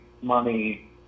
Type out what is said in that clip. money